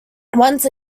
once